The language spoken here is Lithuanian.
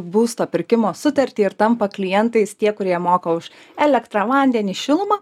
būsto pirkimo sutartį ir tampa klientais tie kurie moka už elektrą vandenį šilumą